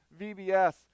VBS